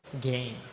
gain